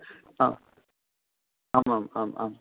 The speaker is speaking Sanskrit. आम् आम् आम् आम् आम्